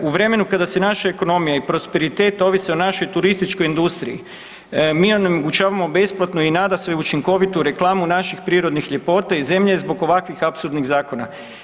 U vremenu kada naša ekonomija i prosperitet ovise o našoj turističkoj industriji, mi onemogućavamo besplatnu i nadasve učinkovitu reklamu naših prirodnih ljepota i zemlja zbog ovakvih apsurdnih zakona.